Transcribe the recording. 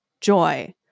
joy